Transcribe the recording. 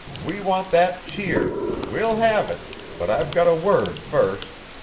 we want that cheer we'll have it but i've got a word first.